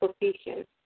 position